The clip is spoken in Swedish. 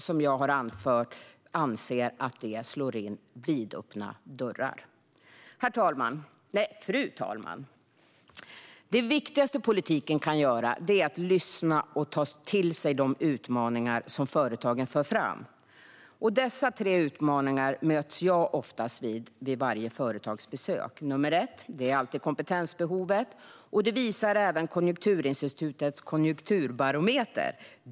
Som jag har anfört anser jag att de slår in vidöppna dörrar. Fru talman! Det viktigaste politiken kan göra är att lyssna och ta till sig de utmaningar som företagen för fram. Jag ska nämna vilka tre utmaningar jag oftast möts av vid mina företagsbesök. Nummer ett är alltid kompetensbehovet, vilket även Konjunkturinstitutets konjunkturbarometer visar.